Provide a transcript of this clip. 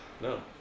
No